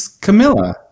Camilla